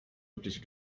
übliche